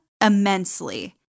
immensely